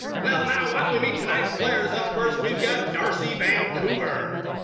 well, now why don't we meet tonight's players? up first, we've got darcy vancouver.